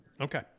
Okay